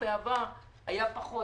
ובעבר היה פחות,